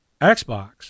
Xbox